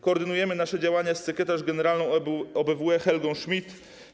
Koordynujemy nasze działania z sekretarz generalną OBWE Helgą Schmid.